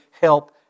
help